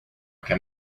can